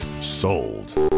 Sold